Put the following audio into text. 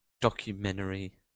documentary